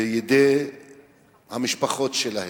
בידי המשפחות שלהם.